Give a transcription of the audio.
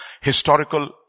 historical